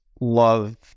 love